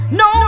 no